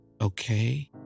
okay